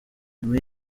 nyuma